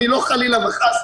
אני לא אומר חלילה וחס,